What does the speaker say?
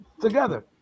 together